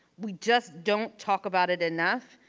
we just don't talk about it enough,